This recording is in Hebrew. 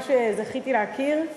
יושב-ראש